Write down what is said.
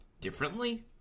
differently